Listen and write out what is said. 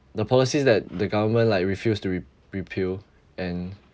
the policies that the government like refuse to re~ repeal and